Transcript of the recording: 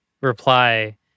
reply